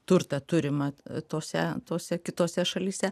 turtą turimą tose tose kitose šalyse